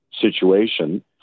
situation